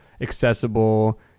accessible